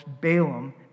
Balaam